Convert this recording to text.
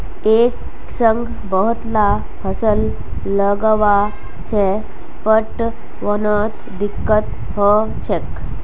एक संग बहुतला फसल लगावा से पटवनोत दिक्कत ह छेक